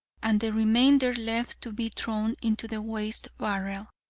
and the remainder left to be thrown into the waste barrel.